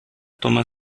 toma